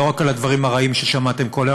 לא רק על הדברים הרעים ששמעתם כל היום,